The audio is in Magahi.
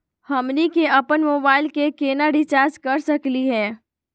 हमनी के अपन मोबाइल के केना रिचार्ज कर सकली हे?